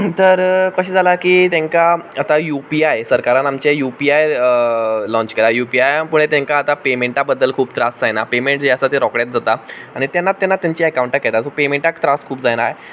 तर कशें जालां की तेंकां आतां यु पी आय सरकारान आमचे यु पी आय लॉन्च केलां यु पी आय आमी पळयत तेंकां आतां पेमेंटा बद्दल खूब त्रास जायना पेमेंट जें आसा तें रोखडेंच जाता आनी तेन्ना तेन्नाच तेंचे अकाउटांत येता सो पेमेंटाक त्रास खूब जायना